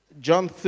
John